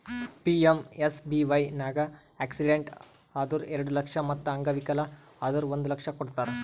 PMSBY ನಾಗ್ accident ಆದುರ್ ಎರಡು ಲಕ್ಷ ಮತ್ ಅಂಗವಿಕಲ ಆದುರ್ ಒಂದ್ ಲಕ್ಷ ಕೊಡ್ತಾರ್